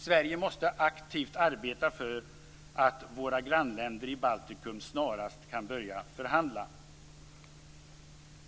Sverige måste aktivt arbeta för att våra grannländer i Baltikum snarast kan börja förhandla.